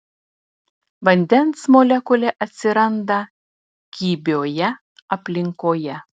vandens molekulė atsiranda kibioje aplinkoje